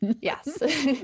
Yes